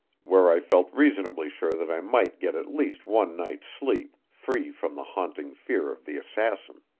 where i felt reasonably sure that i might get at least one night's sleep, free from the haunting fear of the assassin.